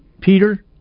Peter